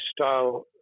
style